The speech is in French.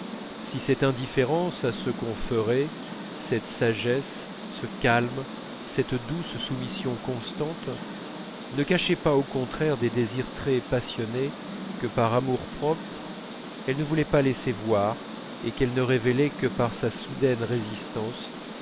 si cette indifférence à ce qu'on ferait cette sagesse ce calme cette douce soumission constante ne cachaient pas au contraire des désirs très passionnés que par amour-propre elle ne voulait pas laisser voir et qu'elle ne révélait que par sa soudaine résistance